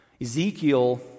Ezekiel